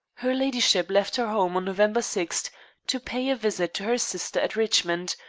her ladyship left her home on november sixth to pay a visit to her sister at richmond,